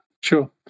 sure